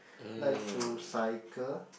like to cycle